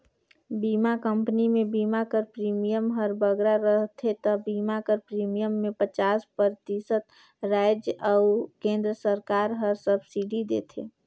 बीमा कंपनी में बीमा कर प्रीमियम हर बगरा रहथे ता बीमा कर प्रीमियम में पचास परतिसत राएज अउ केन्द्र सरकार हर सब्सिडी देथे